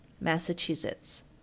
massachusetts